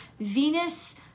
Venus